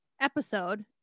episode